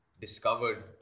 discovered